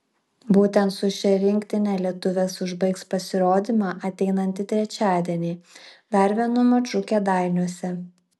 būtent su šia rinktine lietuvės užbaigs pasirodymą ateinantį trečiadienį dar vienu maču kėdainiuose